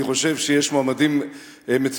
אני חושב שיש מועמדים מצוינים,